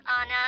Anna